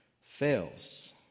fails